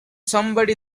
somebody